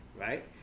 Right